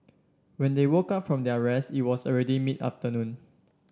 when they woke up from their rest it was already mid afternoon